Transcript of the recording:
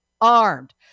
armed